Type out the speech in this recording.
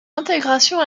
intégration